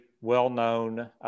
well-known